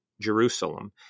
Jerusalem